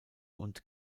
und